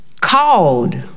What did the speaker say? Called